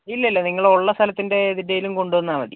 ഇല്ല ഇല്ല നിങ്ങൾ ഉള്ള സ്ഥലത്തിൻ്റെ ഏതിൻറ്റേലും കൊണ്ട് വന്നാൽ മതി